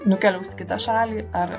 nukeliaus į kitą šalį ar